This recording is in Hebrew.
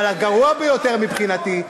אבל הגרוע ביותר מבחינתי,